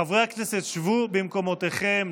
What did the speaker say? חברי הכנסת, שבו במקומותיכם.